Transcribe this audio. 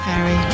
Harry